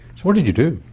what did you do?